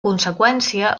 conseqüència